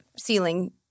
ceiling